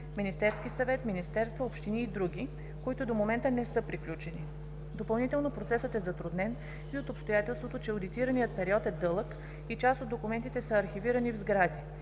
Министерския съвет, министерства, общини и др., които до момента не са приключени. Допълнително процесът е затруднен и от обстоятелството, че одитираният период е дълъг и част от документите са архивирани в сгради